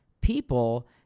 people